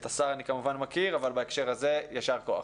את השר אני כמובן מכיר, אבל בהקשר הזה יישר כוח.